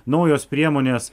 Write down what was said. naujos priemonės